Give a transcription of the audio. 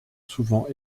souvent